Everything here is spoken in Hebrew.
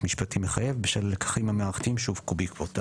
משפטי מחייב בשל הלקחים המערכתיים שהופקו בעקבות האסון.